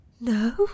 No